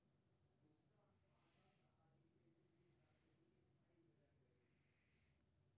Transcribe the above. मांग आ आपूर्ति मे असंतुलन सं वस्तु आ सेवाक कीमत बढ़ै छै, जेकरा मुद्रास्फीति कहल जाइ छै